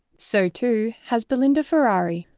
so too has belinda ferrari,